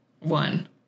one